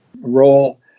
role